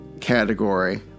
category